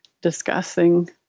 discussing